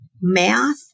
math